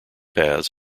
paths